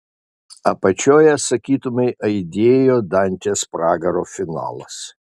apačioje sakytumei aidėjo dantės pragaro finalas